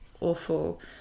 awful